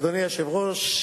אדוני היושב-ראש,